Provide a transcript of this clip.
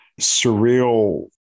surreal